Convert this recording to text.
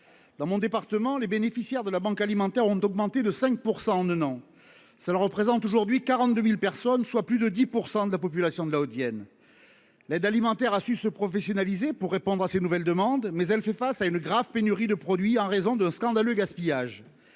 dans mon département, les bénéficiaires de la Banque Alimentaire ont augmenté de 5 % en un an, ça ne représente aujourd'hui 42000 personnes, soit plus de 10 % de la population de la Haute-Vienne l'aide alimentaire, a su se professionnaliser pour répondre à ces nouvelles demandes, mais elle fait face à une grave pénurie de produits en raison de scandaleux gaspillage